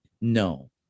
no